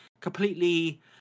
completely